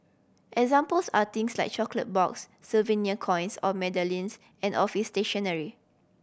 examples are things like chocolate box souvenir coins or medallions and office stationery